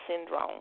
syndrome